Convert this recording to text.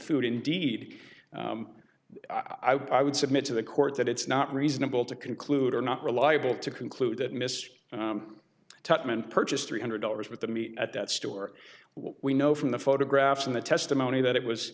food indeed i would submit to the court that it's not reasonable to conclude or not reliable to conclude that mister tuchman purchased three hundred dollars with the meat at that store we know from the photographs in the testimony that it